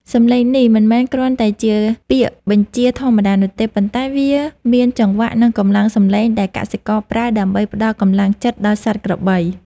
សម្លេងនេះមិនមែនគ្រាន់តែជាពាក្យបញ្ជាធម្មតានោះទេ ប៉ុន្តែវាមានចង្វាក់ និងកម្លាំងសម្លេងដែលកសិករប្រើដើម្បីផ្តល់កម្លាំងចិត្តដល់សត្វក្របី